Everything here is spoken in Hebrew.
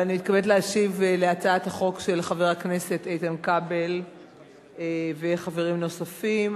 אני מתכבדת להשיב להצעת החוק של חבר הכנסת איתן כבל וחברים נוספים,